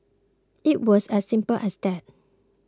it was as simple as that